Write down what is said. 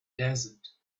desert